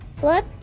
blood